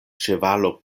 ĉevalo